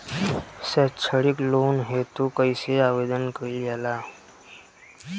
सैक्षणिक लोन हेतु कइसे आवेदन कइल जाला?